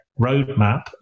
roadmap